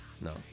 No